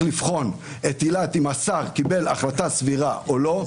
מי שצריך לבחון אם השר קיבל החלטה סבירה או לא,